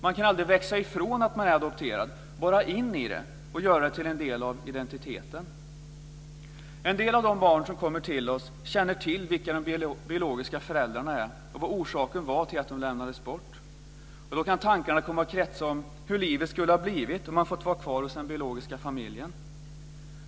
Man kan aldrig växa ifrån att man är adopterad, utan bara in i det och göra det till en del av identiteten. En del av de barn som kommer till oss känner till vilka de biologiska föräldrarna är och vilken orsaken var till att de lämnades bort. Då kan tankarna komma att kretsa om hur livet skulle ha blivit om man hade fått vara kvar hos den biologiska familjen.